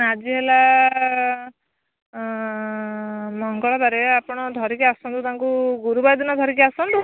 ଆଜି ହେଲା ମଙ୍ଗଳବାର ଆପଣ ଧରିକି ଆସନ୍ତୁ ତାଙ୍କୁ ଗୁରୁବାର ଦିନ ଧରିକି ଆସନ୍ତୁ